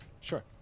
Sure